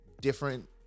different